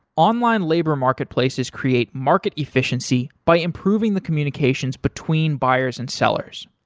online labor market places create market efficiency by improving the communications between buyers and sellers.